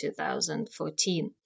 2014